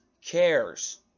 cares